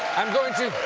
i'm going to